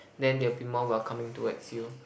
then they will be more welcoming towards you